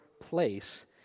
place